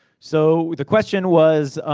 so, the question was,